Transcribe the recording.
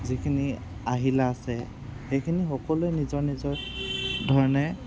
যিখিনি আহিলা আছে সেইখিনি সকলোৱে নিজৰ নিজৰ ধৰণে